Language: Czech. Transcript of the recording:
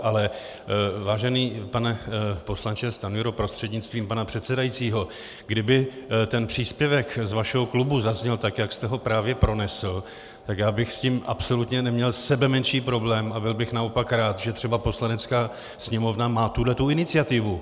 Ale vážený pane poslanče Stanjuro prostřednictvím pana předsedajícího, kdyby ten příspěvek z vašeho klubu zazněl tak, jak jste ho právě pronesl, tak bych s tím absolutně neměl sebemenší problém a byl bych naopak rád, že třeba Poslanecká sněmovna má tuhle iniciativu.